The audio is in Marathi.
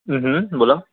बोला